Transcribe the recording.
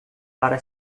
para